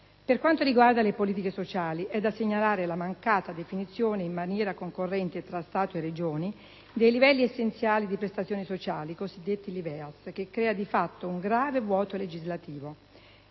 Per quanto riguarda le politiche sociali, è da segnalare la mancata definizione in maniera concorrente tra Stato e Regioni dei livelli essenziali di prestazioni sociali (i cosiddetti LIVEAS) che crea di fatto un grave vuoto legislativo.